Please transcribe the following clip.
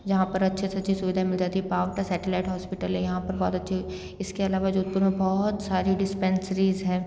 जहाँ पर अच्छे सी अच्छी सुविधा मिल जाती है पाओटा सेटेलाइट हॉस्पिटल है यहाँ पर बहुत अच्छे इसके अलावा जोधपुर में बहुत सारे डिस्पेंसरीज़ हैं